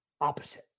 opposite